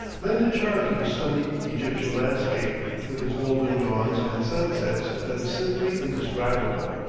lend a charm to the sunny egyptian landscape with its golden dawns and sunsets that is simply indescribable.